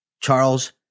Charles